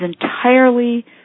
entirely